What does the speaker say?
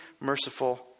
merciful